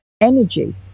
energy